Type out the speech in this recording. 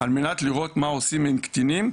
על מנת לראות מה עושים עם קטינים.